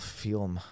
film